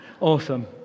Awesome